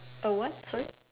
a what sorry